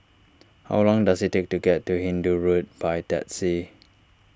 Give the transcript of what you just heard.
how long does it take to get to Hindoo Road by taxi